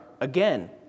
again